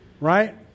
Right